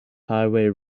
highway